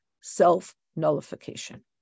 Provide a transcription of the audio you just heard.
self-nullification